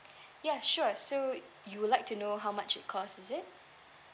ya sure so you would like to know how much it cost is it